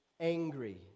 angry